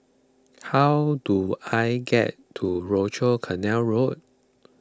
how do I get to Rochor Canal Road